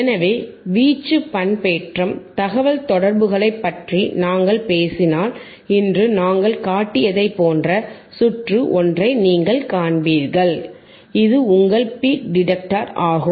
எனவே வீச்சு பண்பேற்றம் தகவல்தொடர்புகளைப் பற்றி நாங்கள் பேசினால் இன்று நாங்கள் காட்டியதைப் போன்ற சுற்று ஒன்றை நீங்கள் காண்பீர்கள் இது உங்கள் பிக் டிடெக்டர் ஆகும்